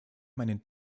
meinen